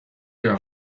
der